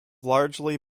largely